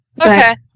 Okay